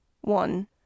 one